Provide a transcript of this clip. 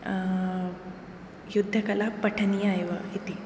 युद्धकला पठनीया एव इति